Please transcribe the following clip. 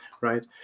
right